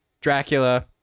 Dracula